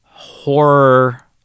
horror